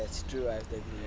true I have to agree